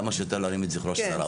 כמה שיותר להרים את זכרו של הרב.